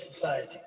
Society